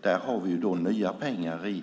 Där har vi då nya pengar i